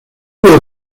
creo